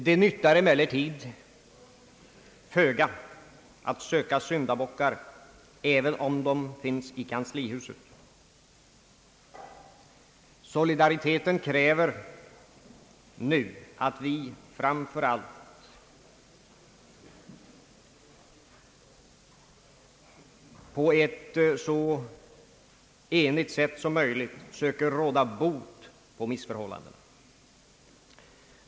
Det nyttar emellertid föga att söka »syndabockar» även om de finns i kanslihuset. Solidariteten kräver nu att vi på ett så enigt sätt som möjligt söker råda bot på missförhållandena.